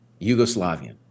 Yugoslavian